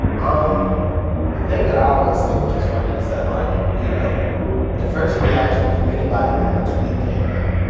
um the thing that i always say, which is funny is that like, you know the first reaction from anybody when the tweet came out,